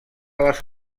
les